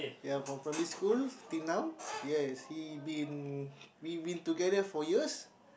ya from primary school penang yes he been we been together for years